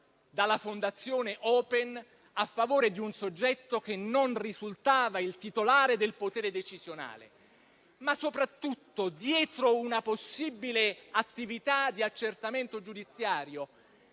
dalla Fondazione Open a favore di un soggetto che non risultava il titolare del potere decisionale. Ma soprattutto, dietro una possibile attività di accertamento giudiziario,